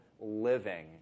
living